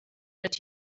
that